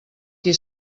qui